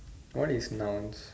what is nouns